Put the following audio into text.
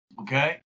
okay